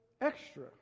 extra